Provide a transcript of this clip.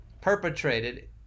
perpetrated